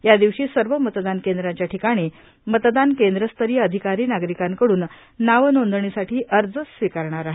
यादिवशी सर्व मतदान केंद्रांच्या ठिकाणी मतदान केंद्रस्तरीय अधिकारी नागरिकांकडून नाव नोंदणीसाठी अर्ज स्वीकारणार आहेत